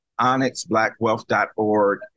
onyxblackwealth.org